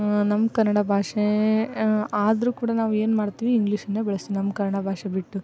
ನಮ್ಮ ಕನ್ನಡ ಭಾಷೆ ಆದರೂ ಕೂಡ ನಾವು ಏನು ಮಾಡ್ತೀವಿ ಇಂಗ್ಲೀಷನ್ನೇ ಬಳಸ್ತೀವಿ ನಮ್ಮ ಕನ್ನಡ ಭಾಷೆ ಬಿಟ್ಟು